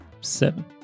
Seven